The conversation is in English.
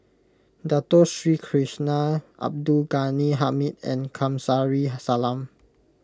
Dato Sri Krishna Abdul Ghani Hamid and Kamsari Salam